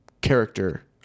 character